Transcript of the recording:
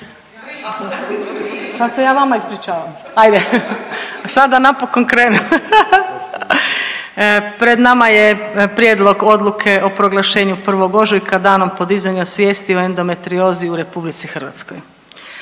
Sad se ja vama ispričavam. A sad da napokon krenem. Pred nama je Prijedlog odluke o proglašenju 1. ožujka Danom podizanja svijesti o endometriozi u RH. Puno je toga